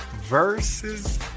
versus